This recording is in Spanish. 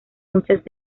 muchas